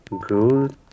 good